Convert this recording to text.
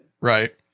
right